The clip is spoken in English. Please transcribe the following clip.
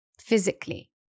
physically